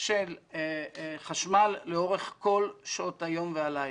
של חשמל לאורך כל שעות היום והלילה.